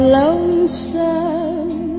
lonesome